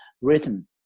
written